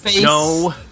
no